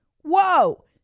Whoa